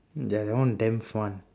ya that one damn fun